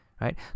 Right